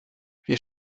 wir